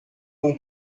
com